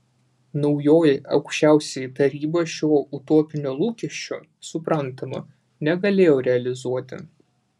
naujoji aukščiausioji taryba šio utopinio lūkesčio suprantama negalėjo realizuoti